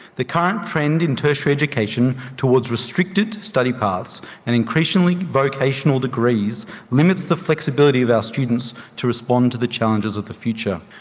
the current trend in tertiary education towards restricted study paths and increasingly vocational degrees limits the flexibility of our students to respond to the challenges of the future.